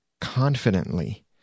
confidently